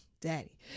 daddy